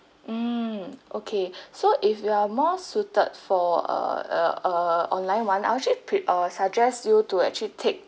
mm okay so if you are more suited for err uh err online [one] I actually pre~ uh suggest you to actually take